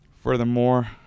Furthermore